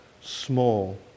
small